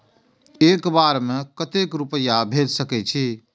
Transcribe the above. एक बार में केते रूपया भेज सके छी?